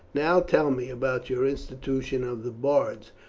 now tell me about your institution of the bards,